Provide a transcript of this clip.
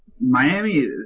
Miami